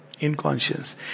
Inconscience